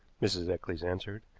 mrs. eccles answered,